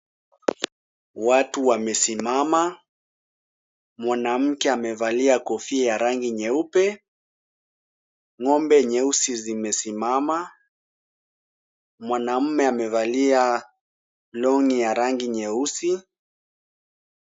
Watu wamesimama. Mwanamke amevalia kofia ya rangi nyeupe. Ng'ombe nyeusi zimesimama. Mwanaume amevalia long'i ya rangi nyeusi.